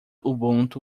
ubuntu